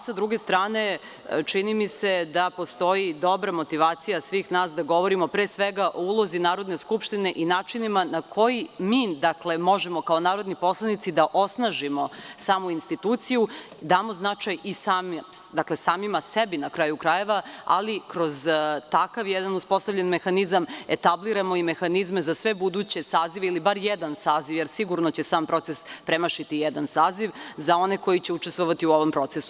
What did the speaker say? Sa druge strane, čini mi se da postoji dobra motivacija svih nas da govorimo pre svega o ulozi Narodne skupštine i načinima na koji mi možemo kao narodni poslanici da osnažimo samu instituciju, damo značaj i samima sebi, na kraj krajeva, ali i da kroz takav jedan uspostavljen mehanizam etabliramo i mehanizme za sve buduće sazive ili bar jedan saziv, jer sigurno će sam proces premašiti jedan saziv za oni koji će učestvovati u ovom procesu.